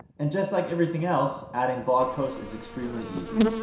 and just like everything else, adding blog posts is extremely easy.